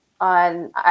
on